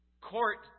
court